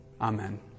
Amen